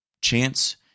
chance